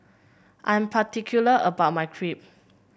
I'm particular about my Crepe